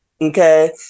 Okay